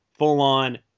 Full-on